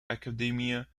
academia